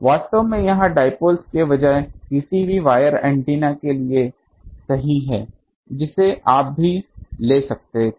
वास्तव में यह डाईपोल्स के बजाय किसी भी वायर एंटीना के लिए सही है जिसे आप भी ले सकते थे